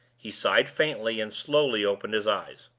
he sighed faintly, and slowly opened his eyes.